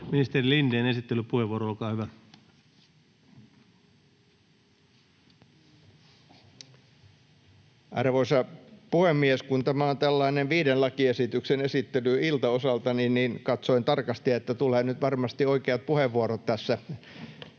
liittyviksi laeiksi Time: 15:49 Content: Arvoisa puhemies! Kun tämä on tällainen viiden lakiesityksen esittelyilta osaltani, niin katsoin tarkasti, että tulee nyt varmasti oikeat puheenvuorot tässä.